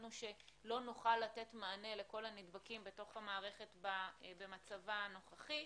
פחדנו שלא נוכל לתת מענה לכול הנדבקים בתוך המערכת במצבה הנוכחי.